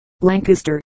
Lancaster